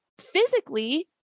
Physically